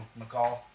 McCall